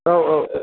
औ औ औ